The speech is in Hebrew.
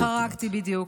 חרגתי, בדיוק.